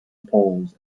poles